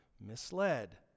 misled